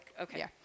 Okay